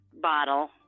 bottle